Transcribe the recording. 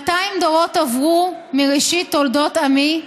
מאתיים דורות עברו מראשית תולדות עמי,